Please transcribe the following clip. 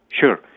Sure